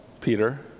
Peter